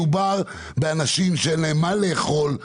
מדובר באנשים שאין להם מה לאכול,